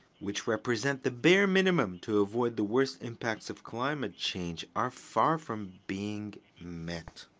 which represent the bare minimum to avoid the worst impacts of climate change are far from being met.